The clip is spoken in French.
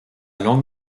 langue